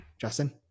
Justin